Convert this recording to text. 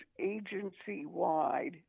agency-wide